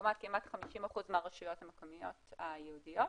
לעומת כמעט 50% מהרשויות המקומיות היהודיות.